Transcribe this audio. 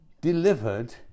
delivered